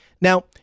Now